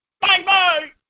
Bye-bye